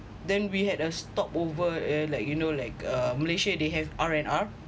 then we had a stopover at like you know like a malaysia they have R and R